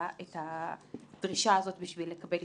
לא תקבלו,